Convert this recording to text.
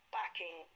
backing